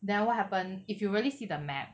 then what happen if you really see the map